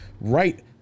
right